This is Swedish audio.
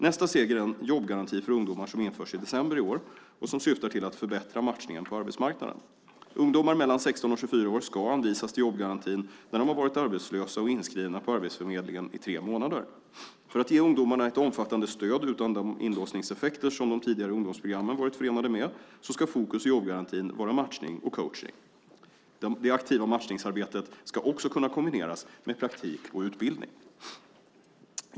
Nästa steg är den jobbgaranti för ungdomar som införs i december i år och som syftar till att förbättra matchningen på arbetsmarknaden. Ungdomar mellan 16 och 24 år ska anvisas till jobbgarantin när de har varit arbetslösa och inskrivna på arbetsförmedlingen i tre månader. För att ge ungdomarna ett omfattande stöd utan de inlåsningseffekter som de tidigare ungdomsprogrammen varit förenade med ska fokus i jobbgarantin vara matchning och coachning. Det aktiva matchningsarbetet ska också kunna kombineras med praktik och utbildning.